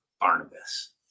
Barnabas